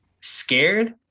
scared